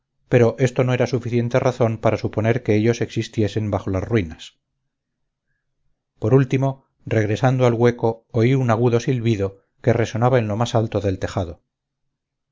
pero esto no era suficiente razón para suponer que ellos existiesen bajo las ruinas por último regresando al hueco oí un agudo silbido que resonaba en lo más alto del tejado